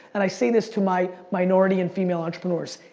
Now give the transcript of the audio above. and i say this to my minority and female entrepreneurs,